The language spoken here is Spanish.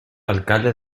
alcalde